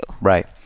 right